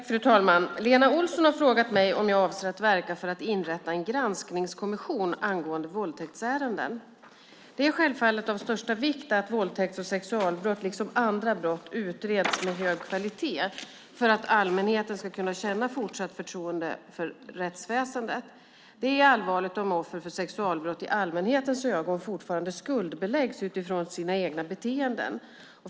Fru talman! Lena Olsson har frågat mig om jag avser att verka för att inrätta en granskningskommission angående våldtäktsärenden. Det är självfallet av största vikt att våldtäkts och sexualbrott liksom andra brott utreds med hög kvalitet för att allmänheten ska kunna känna fortsatt förtroende för rättsväsendet. Det är allvarligt om offer för sexualbrott i allmänhetens ögon fortfarande skuldbeläggs utifrån sina egna beteenden.